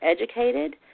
educated